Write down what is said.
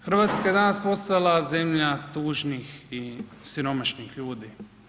Hrvatska je danas postala zemlja tužnih i siromašnih ljudi.